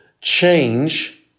change